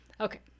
Okay